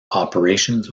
operations